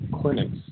clinics